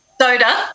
Soda